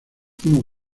uno